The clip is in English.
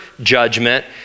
judgment